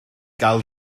gael